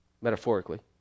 metaphorically